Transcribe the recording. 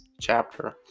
chapter